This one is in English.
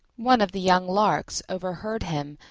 one of the young larks overheard him,